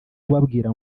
ubabwira